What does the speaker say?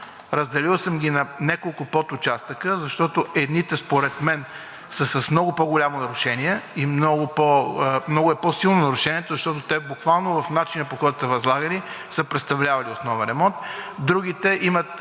разделил съм ги на няколко подучастъка, защото едните според мен са с много по-голямо нарушение и много е по силно нарушението, защото те буквално в начина, по който са възлагани, са представлявали основен ремонт.